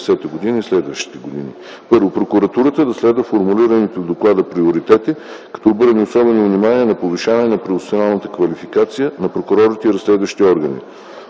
и следващите години: 1. Прокуратурата да следва формулираните в Доклада приоритети, като обърне особено внимание на повишаване на професионалната квалификация на прокурорите и разследващите органи;